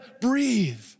breathe